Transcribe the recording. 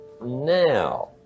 now